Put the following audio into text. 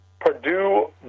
Purdue